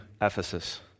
Ephesus